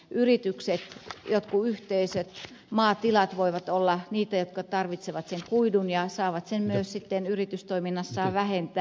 yritykset jotkut yhteisöt maatilat voivat olla niitä jotka tarvitsevat sen kuidun ja saavat sen myös sitten yritystoiminnassaan vähentää